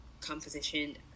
composition